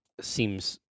seems